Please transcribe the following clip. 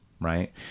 Right